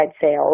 Sales